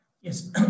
Yes